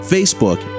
Facebook